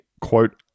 quote